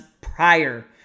prior